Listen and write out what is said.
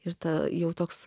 ir tą jau toks